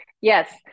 Yes